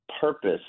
purpose